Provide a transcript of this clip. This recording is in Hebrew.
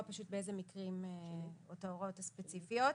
באילו מקרים או את ההוראות הספציפיות.